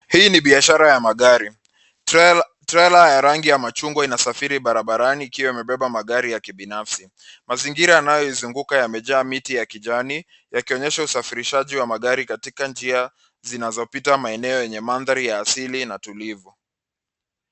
Hii ni biashara ya magari. Trela ya rangi ya machungwa inasafiri barabarani ikiwa imebeba magari ya kibinafsi. Mazingira yanayoizunguka yamejaa miti ya kijani, yakionyesha usafirishaji wa magari katika njia zinazopita maeneo yenye mandhari ya asili na tulivu.